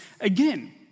again